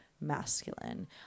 masculine